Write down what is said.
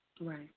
Right